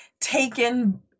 taken